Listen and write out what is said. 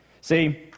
See